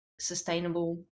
sustainable